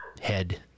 head